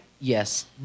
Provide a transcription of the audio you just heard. Yes